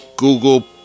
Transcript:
Google